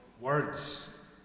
words